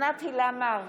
אוסנת הילה מארק,